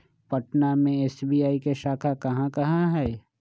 पटना में एस.बी.आई के शाखा कहाँ कहाँ हई